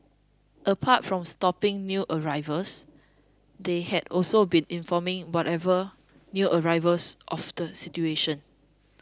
apart from stopping new arrivals they had also been informing whatever new arrivals of the situation